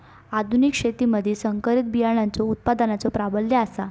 आधुनिक शेतीमधि संकरित बियाणांचो उत्पादनाचो प्राबल्य आसा